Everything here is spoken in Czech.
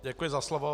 Děkuji za slovo.